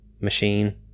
machine